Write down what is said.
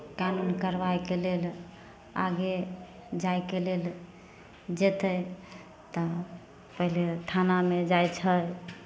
कानून कार्यवाहीके लेल आगे जायके लेल जेतै तऽ पहिले थानामे जाइ छै